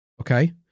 Okay